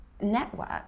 network